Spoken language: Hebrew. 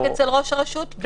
אצל ראש הרשות -- מה שאתם רוצים.